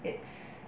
it's